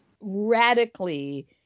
radically